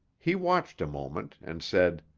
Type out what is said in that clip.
he watched a moment and said,